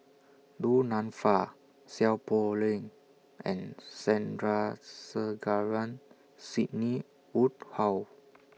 Du Nanfa Seow Poh Leng and Sandrasegaran Sidney Woodhull